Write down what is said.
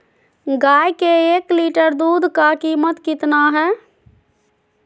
गाय के एक लीटर दूध का कीमत कितना है?